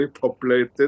populated